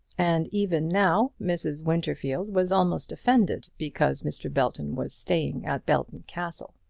and even now mrs. winterfield was almost offended because mr. belton was staying at belton castle.